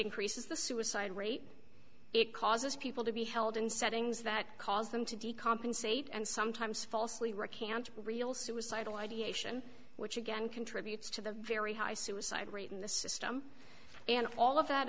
increases the suicide rate it causes people to be held in settings that cause them to d compensate and sometimes falsely recant real suicidal ideation which again contributes to the very high suicide rate in the system and all of that